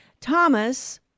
Thomas